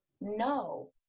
no